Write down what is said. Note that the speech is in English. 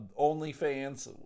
OnlyFans